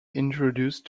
introduced